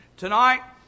Tonight